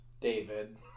David